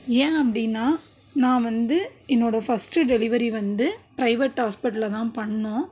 ஏன் அப்டின்னா நான் வந்து என்னோட ஃபர்ஸ்ட்டு டெலிவரி வந்து பிரைவேட் ஹாஸ்பிட்டலில் தான் பண்ணோம்